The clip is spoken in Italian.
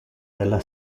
della